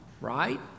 Right